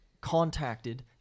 contacted